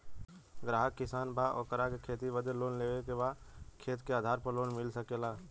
ग्राहक किसान बा ओकरा के खेती बदे लोन लेवे के बा खेत के आधार पर लोन मिल सके ला?